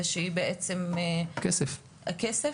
שהיא בעצם --- גיורא ואלה: כסף.